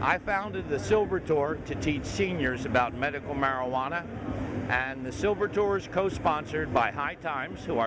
i founded the silver tour to teach seniors about medical marijuana and the silver tours co sponsored by high times who